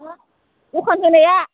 दखान होनाया